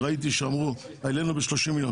ראיתי שאמרו שהעלינו ב-30 מיליון.